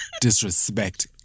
disrespect